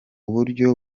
buryo